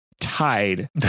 tied